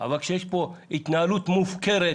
אבל כשיש פה התנהלות מופקרת,